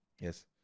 yes